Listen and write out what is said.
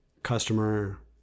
customer